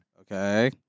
Okay